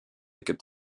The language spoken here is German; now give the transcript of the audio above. gibt